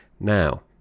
Now